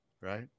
right